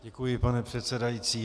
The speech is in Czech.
Děkuji, pane předsedající.